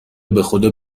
بخدا